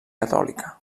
catòlica